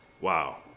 Wow